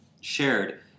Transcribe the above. shared